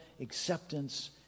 acceptance